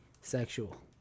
sexual